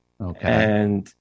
Okay